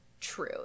true